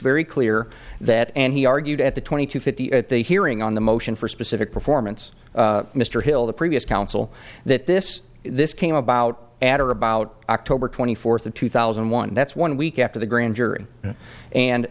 very clear that and he argued at the twenty to fifty at the hearing on the motion for specific performance mr hill the previous counsel that this this came about after about october twenty fourth of two thousand and one that's one week after the grand jury and